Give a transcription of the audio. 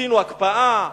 עשינו הקפאה,